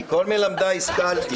מכל מלמדיי השכלתי.